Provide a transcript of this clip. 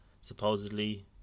supposedly